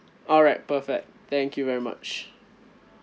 alright perfect thank you very much